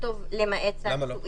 מצליחה להשלים